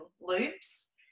loops